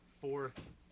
fourth